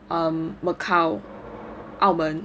um macau 澳门